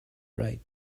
right